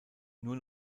nur